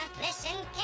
listen